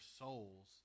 souls